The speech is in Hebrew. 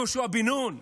יהושע בן נון?